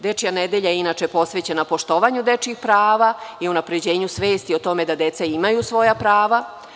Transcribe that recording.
Dečija nedelja je inače posvećena poštovanju dečijih prava i unapređenju svesti o tome da deca imaju svoja prava.